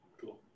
cool